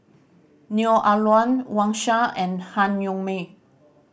Neo Ah Luan Wang Sha and Han Yong May